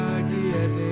ideas